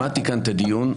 שמעתי כאן את הדיון.